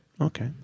Okay